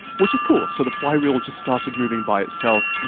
which is cool. so the flywheel just started moving by itself.